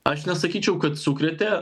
aš nesakyčiau kad sukrėtė